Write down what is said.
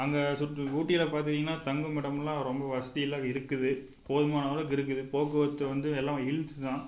அங்கே சுற் ஊட்டியில் பார்த்திங்னா தங்கும் இடமெல்லாம் ரொம்ப வசதியெல்லாம் இருக்குது போதுமான அளவுக்கு இருக்குது போக்குவரத்து வந்து எல்லாம் ஹீல்ஸ் தான்